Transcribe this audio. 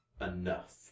enough